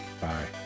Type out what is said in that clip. Bye